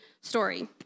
story